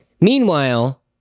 Meanwhile